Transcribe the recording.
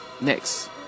next